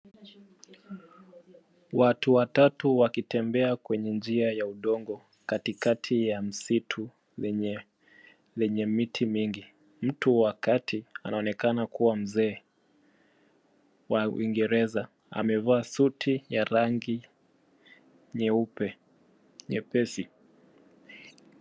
Watu watatu wakitembea kwenye njia ya udongo, katikati ya msitu lenye lenye miti mingi. Mtu wakati, anaonekana kuwa mzee wa Uingereza. Amevaa suti ya rangi nyeupe nyepesi.